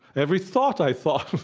every thought i thought.